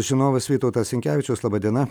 žinovas vytautas sinkevičius laba diena